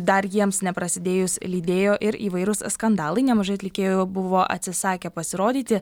dar jiems neprasidėjus lydėjo ir įvairūs skandalai nemažai atlikėjų buvo atsisakę pasirodyti